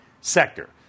sector